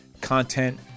content